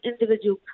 individual